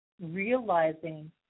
realizing